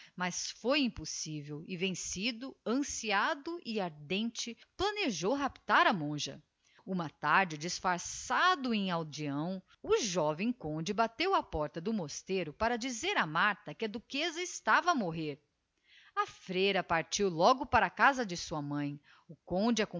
mas foi impossivel e vencido anciado e ardente planejou raptar a monja uma tarde disfarçado em aldeão o joven conde bateu á porta do mosteiro para dizer a martha que a duqueza estava a morrer a freira partiu logo para a casa de sua mãe o conde